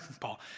Paul